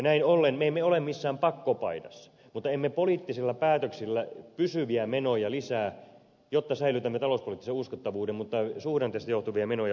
näin ollen me emme ole missään pakkokaidassa mutta emme poliittisilla päätöksillä pysyviä menoja lisää jotta säilytämme talouspoliittisen uskottavuuden mutta suhdanteista johtuvien menojen olemme sallineet lisääntyvän